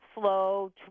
slow